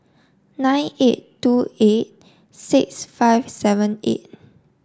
nine eight two eight six five seven eight